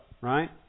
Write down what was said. right